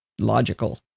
logical